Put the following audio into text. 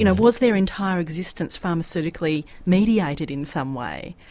you know was their entire existence pharmaceutically mediated in some way?